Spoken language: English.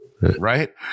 Right